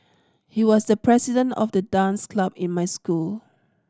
he was the president of the dance club in my school